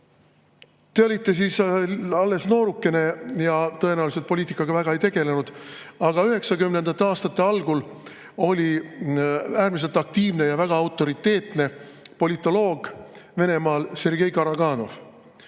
Te olite siis alles nooruke ja tõenäoliselt poliitikaga väga ei tegelenud, aga 1990. aastate algul oli Venemaal äärmiselt aktiivne ja väga autoriteetne politoloog Sergei Karaganov.